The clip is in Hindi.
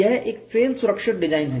यह एक फेल सुरक्षित डिजाइन है